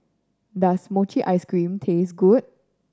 does mochi ice cream taste good